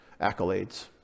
accolades